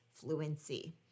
fluency